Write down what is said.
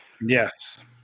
yes